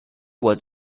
was